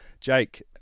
Jake